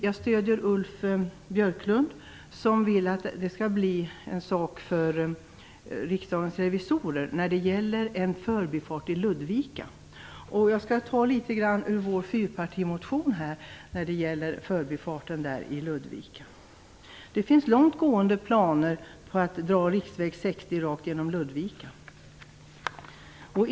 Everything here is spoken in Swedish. Jag stöder Ulf Björklund som vill att en förbifart till Ludvika skall bli en sak för riksdagens revisorer. Jag skall föredra litet ur vår fyrpartimotion när det gäller förbifarten i Ludvika. Det finns långt gående planer på att dra riksväg 60 rakt genom Ludvika.